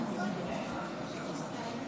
אני קובע שההצעה לא התקבלה,